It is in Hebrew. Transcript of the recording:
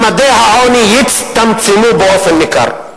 ממדי העוני יצטמצמו באופן ניכר.